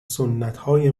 سنتهای